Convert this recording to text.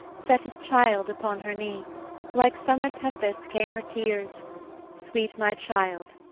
set his child upon her knee like summer tempest came her tears sweet my child,